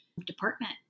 department